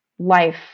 life